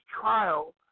trial